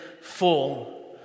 full